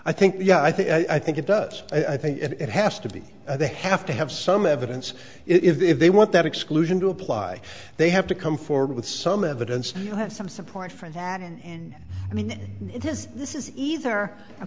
i think yeah i think i think it does i think it has to be they have to have some evidence if they want that exclusion to apply they have to come forward with some evidence you have some support for that and i mean it is this is either a